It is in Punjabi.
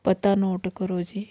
ਪਤਾ ਨੋਟ ਕਰੋ ਜੀ